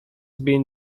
been